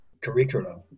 curriculum